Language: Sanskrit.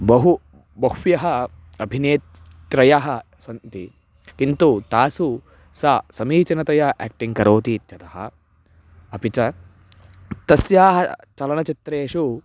बहु बह्व्यः अभिनेत्रयः सन्ति किन्तु तासु सा समीचीनतया याक्टिङ्ग् करोति इत्यतः अपि च तस्याः चलनचित्रेषु